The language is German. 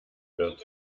wird